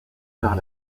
par